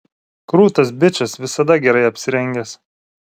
krūtas bičas visada gerai apsirengęs